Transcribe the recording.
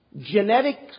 genetic